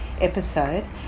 episode